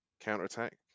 counterattack